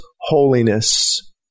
holiness